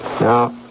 Now